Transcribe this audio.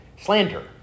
slander